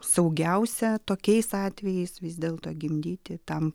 saugiausia tokiais atvejais vis dėlto gimdyti tam